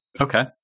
Okay